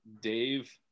Dave